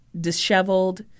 disheveled